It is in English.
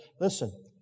Listen